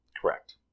correct